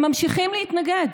הם ממשיכים להתנגד.